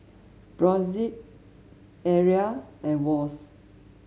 Brotzeit Arai and Wall's